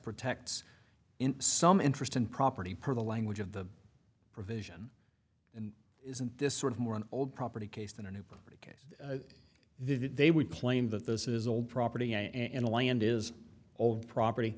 protects in some interest in property per the language of the provision and isn't this sort of more an old property case than a new case they would plain that this is old property and land is old property